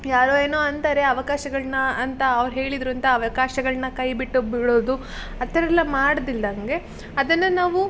ಯಾರೋ ಏನೋ ಅಂತಾರೆ ಅವಕಾಶಗಳನ್ನ ಅಂತ ಅವ್ರು ಹೇಳಿದರು ಅಂತ ಅವಕಾಶಗಳನ್ನ ಕೈ ಬಿಟ್ಟು ಬಿಡೋದು ಆ ಥರಯೆಲ್ಲ ಮಾಡದಿಲ್ದಂಗೆ ಅದನ್ನು ನಾವು